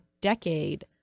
decade